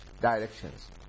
directions